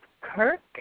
Kirk